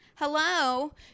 hello